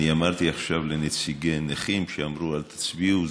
אני אמרתי עכשיו לנציגי הנכים שאמרו: אל תצביעו,